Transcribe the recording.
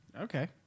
Okay